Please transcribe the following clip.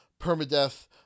permadeath